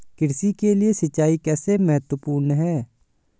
कृषि के लिए सिंचाई कैसे महत्वपूर्ण है?